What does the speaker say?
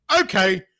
Okay